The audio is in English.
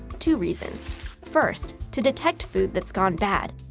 two reasons first, to detect food that's gone bad.